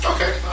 Okay